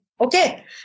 Okay